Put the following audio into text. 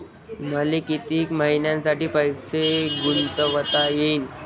मले कितीक मईन्यासाठी पैसे गुंतवता येईन?